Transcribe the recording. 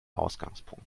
ausgangspunkt